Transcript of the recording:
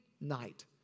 night